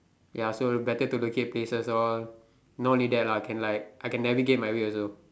ya so better to locate places all not only that lah can like I can like navigate my way also